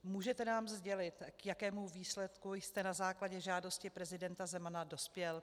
Můžete nám sdělit, k jakému výsledku jste na základě žádosti prezidenta Zemana dospěl?